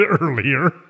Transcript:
earlier